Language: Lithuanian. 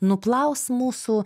nuplaus mūsų